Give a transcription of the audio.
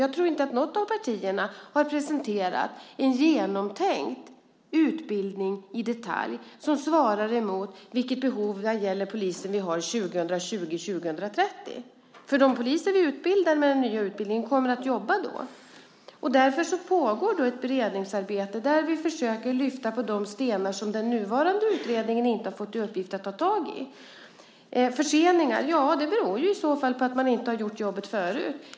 Jag tror inte att något av partierna har presenterat en genomtänkt utbildning i detalj som svarar mot det behov vi har vad gäller poliser 2020 eller 2030. De poliser vi utbildar med den nya utbildningen kommer att jobba då. Därför pågår ett beredningsarbete där vi försöker lyfta på de stenar som den nuvarande utredningen inte har fått i uppgift att lyfta på. Att det blir förseningar beror på att man inte har gjort jobbet förut.